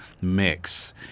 mix